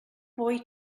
boy